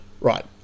Right